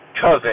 cousin